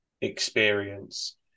experience